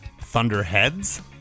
thunderheads